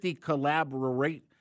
collaborate